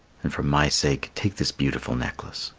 and for my sake take this beautiful necklace.